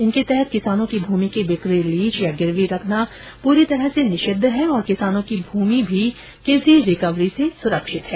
इनके तहत किसानों की भूमि की बिक्री लीज या गिरवी रखना पूरी तरह से निषिद है और किसानों की भूमि भी किसी रिकवरी से स्रक्षित है